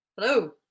Hello